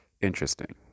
interesting